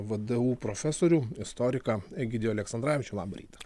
vdu profesorių istoriką egidijų aleksandravičių labą rytą